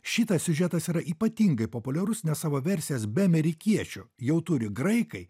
šitas siužetas yra ypatingai populiarus nes savo versijas be amerikiečių jau turi graikai